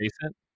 adjacent